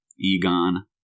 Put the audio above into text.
Egon